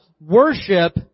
Worship